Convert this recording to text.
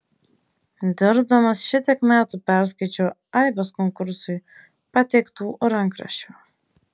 dirbdamas šitiek metų perskaičiau aibes konkursui pateiktų rankraščių